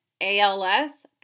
ALS